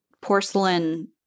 porcelain